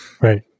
Right